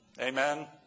Amen